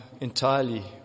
entirely